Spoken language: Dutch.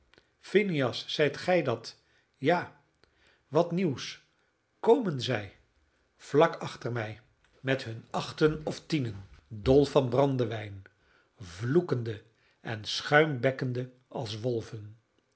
phineas zijt gij dat ja wat nieuws komen zij vlak achter mij met hun achten of tienen dol van brandewijn vloekende en schuimbekkende als wolven